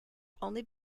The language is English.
only